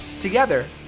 together